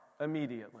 immediately